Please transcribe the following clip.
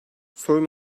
sorun